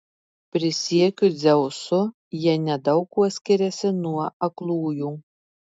prisiekiu dzeusu jie nedaug kuo skiriasi nuo aklųjų